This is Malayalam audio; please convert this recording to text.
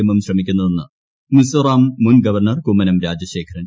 എമ്മും ശ്രമിക്കുന്നതെന്ന് മിസോറാം മുൻ ഗവർണ്ർ കുമ്മനം രാജശേഖരൻ